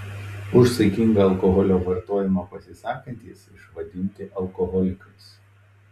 už saikingą alkoholio vartojimą pasisakantys išvadinti alkoholikais